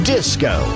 Disco